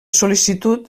sol·licitud